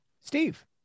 Steve